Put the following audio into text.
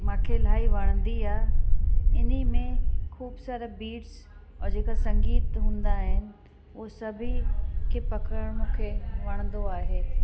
मूंखे इलाही वणंदी आहे इन में ख़ूबु सारा बीट्स ऐं जेका संगीत हूंदा आहिनि उहो सभेई खे पकड़ण मूंखे वणंदो आहे